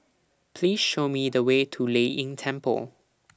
Please Show Me The Way to Lei Yin Temple